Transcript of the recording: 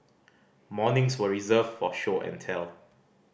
mornings were reserved for show and tell